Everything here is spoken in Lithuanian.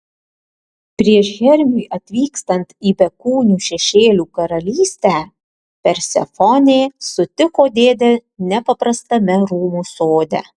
prieš hermiui atvykstant į bekūnių šešėlių karalystę persefonė sutiko dėdę nepaprastame rūmų sode